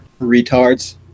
retards